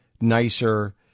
nicer